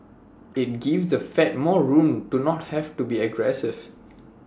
IT gives the fed more room to not have to be aggressive